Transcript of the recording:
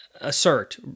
assert